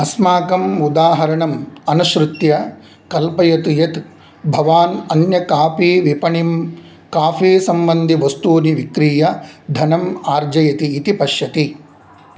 अस्माकम् उदाहरणम् अनुसृत्य कल्पयति यत् भवान् अन्यां कामपि विपणिं काफ़ीसम्बन्धिवस्तूनि विक्रीय धनम् अर्जयति इति पश्यति